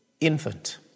infant